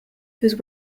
whose